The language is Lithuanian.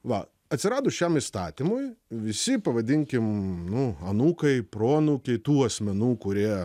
va atsiradus šiam įstatymui visi pavadinkim nu anūkai proanūkiai tų asmenų kurie